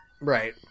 Right